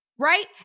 right